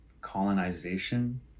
colonization